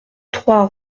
trois